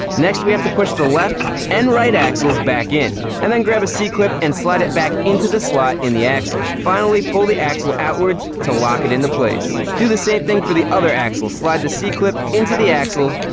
next, we have to push the left and right axles back in. and then grab a c-clip and slide it back into the slot in the axle. finally, pull the axle outwards to lock it into place. do the same thing for the other axle. slide the c-clip into the axle,